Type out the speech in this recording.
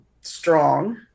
strong